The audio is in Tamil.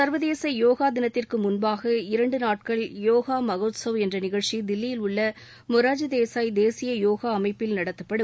சர்வதேச யோகா தினத்திற்கு முன்பாக இரண்டு நாட்கள் யோகா மகோத்ஸவ் என்ற நிகழ்ச்சி தில்லியில் உள்ள மொரார்ஜி தேசாய் தேசிய யோகா அமைப்பில் நடத்தப்படும்